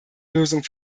lösung